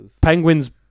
Penguins